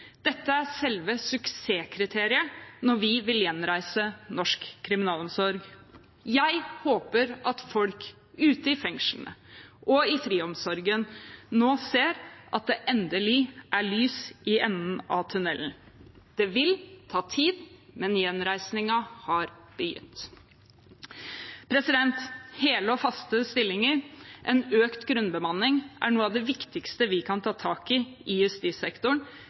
Dette er selve suksesskriteriet når vi vil gjenreise norsk kriminalomsorg. Jeg håper at folk – ute i fengslene og i friomsorgen – nå ser at det endelig er lys i enden av tunnelen. Det vil ta tid, men gjenreisingen har begynt. Hele og faste stillinger og en økt grunnbemanning er noe av det viktigste vi kan ta tak i i justissektoren,